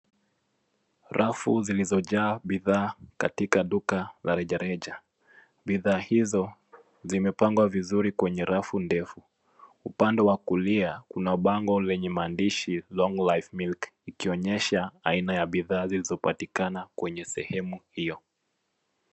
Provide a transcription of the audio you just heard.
Rafu zilizojaa bidhaa katika duka la rejareja. Bidhaa hizo zimepangwa vizuri kwenye rafu ndefu. Upande wa kulia kuna bango lenye maandishi long life milk ikionyesha aina ya bidhaa zilizopatikana kwenye sehemu hiyo.